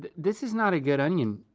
this is not a good onion.